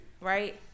right